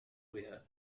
بها